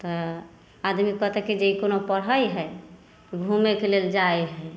तऽ आदमी कहतै कि जे ई कोनो पढ़ै हइ घुमैके लेल जाइ हइ